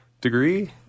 degree